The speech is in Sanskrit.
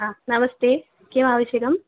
हा नमस्ते किम् आवश्यकम्